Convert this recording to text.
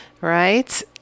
right